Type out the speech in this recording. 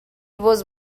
was